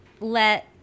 let